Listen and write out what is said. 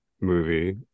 movie